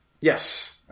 Yes